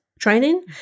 training